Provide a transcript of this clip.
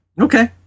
Okay